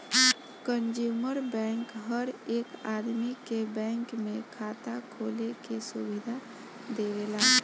consumer bank हर एक आदमी के बैंक में खाता खोले के सुविधा देवेला